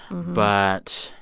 but